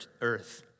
earth